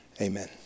amen